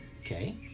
okay